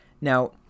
Now